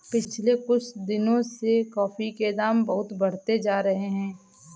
पिछले कुछ दिनों से कॉफी के दाम बहुत बढ़ते जा रहे है